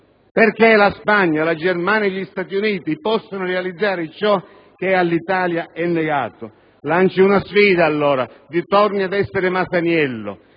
Perché la Spagna, la Germania e gli Stati Uniti possono realizzare ciò che all'Italia è negato? Lanci una sfida allora. Ritorni ad essere Masaniello.